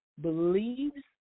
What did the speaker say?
believes